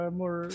more